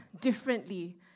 differently